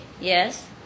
yes